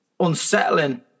Unsettling